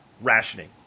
Rationing